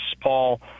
Paul